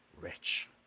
rich